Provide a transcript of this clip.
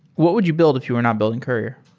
what would you build if you are not building courier?